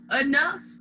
enough